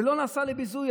זה לא נעשה לביזוי?